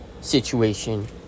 situation